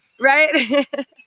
Right